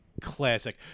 Classic